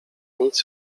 nic